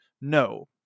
no